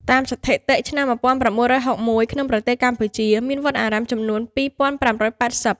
តាមស្ថិតិឆ្នាំ១៩៦១ ក្នុងប្រទេសកម្ពុជា មានវត្តអារាមចំនួន២៥៨០ ។